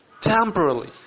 temporarily